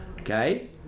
Okay